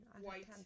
White